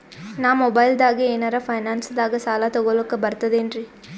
ನಾ ಮೊಬೈಲ್ದಾಗೆ ಏನರ ಫೈನಾನ್ಸದಾಗ ಸಾಲ ತೊಗೊಲಕ ಬರ್ತದೇನ್ರಿ?